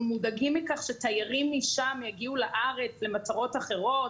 מודאגים מכך שתיירים משם יגיעו לארץ למטרות אחרות,